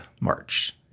March